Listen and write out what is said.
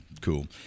Cool